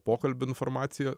pokalbių informacijų